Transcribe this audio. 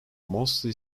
mostly